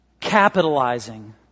capitalizing